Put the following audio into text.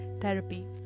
therapy